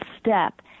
step